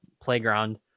playground